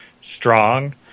strong